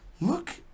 Look